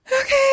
okay